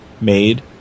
made